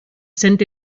send